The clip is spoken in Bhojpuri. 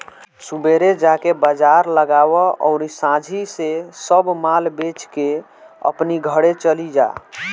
सुबेरे जाके बाजार लगावअ अउरी सांझी से सब माल बेच के अपनी घरे चली जा